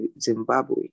Zimbabwe